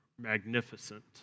magnificent